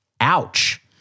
Ouch